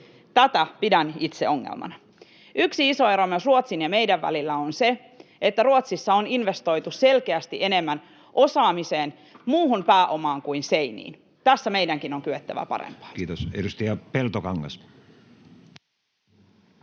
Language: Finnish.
Tätä pidän itse ongelmana. Yksi iso ero myös Ruotsin ja meidän välillä on se, että Ruotsissa on investoitu selkeästi enemmän osaamiseen, muuhun pääomaan kuin seiniin. Tässä meidänkin on kyettävä parempaan. [Speech 42] Speaker: Matti